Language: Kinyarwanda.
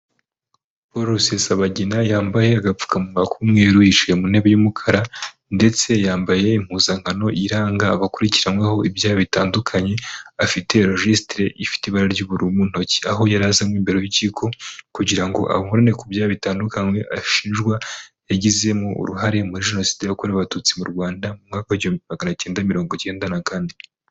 Paul rusesabagina yambaye agapfukamunwa k'umweru yicaye mu ntebe y'umukara ndetse yambaye impuzankano iranga abakurikiranyweho ibyaha bitandukanye afite registire ifite ibara ry'ubururu mu ntoki aho yari azanywe imbere y'urukiko kugira ngo aburane ku byaha bitandukanye ashinjwa yagizemo uruhare muri jenoside yakorewe abatutsi mu Rwanda mu mwaka w'igihumbi kimwe maganacyenda mirongo icyenda na kane.